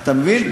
אתה מבין?